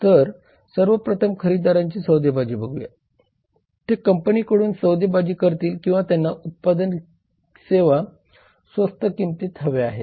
तर सर्वप्रथम खरेदीदारांची सौदेबाजी बघूया ते कंपनीकडून सौदेबाजी करतील की त्यांना उत्पादन सेवा स्वस्त किमतीत हव्या आहेत